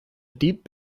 deep